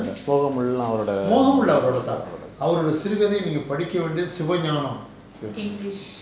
மோகமூலம் அவரோட அவரோடது:mogamoolam avaroda avarodathu